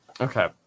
Okay